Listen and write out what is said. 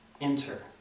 enter